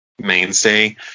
mainstay